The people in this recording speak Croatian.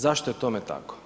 Zašto je tome tako?